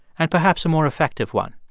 and perhaps a more effective one.